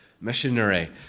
missionary